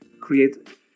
create